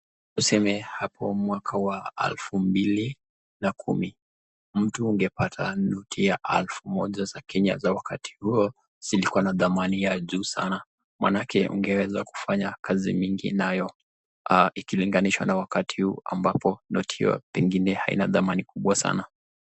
Tuseme hapo mwaka wa elfu mbili na kumi mtu ungepata noti ya elfu moja za kenya za wakati huo zilikuwa na dhamani ya juu sana maanake ungeweza kufanya kazi mingi nayo ikilinganishwa na wakati huu ambapo noti hiyo pengine haina dhamani kubwa sana.